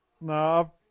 No